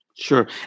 Sure